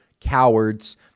cowards